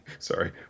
Sorry